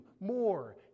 more